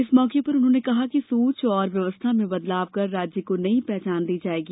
इस मौके पर उन्होंने कहा कि सोच और व्यवस्था में बदलाव कर राज्य को नई पहचान दी जायेगी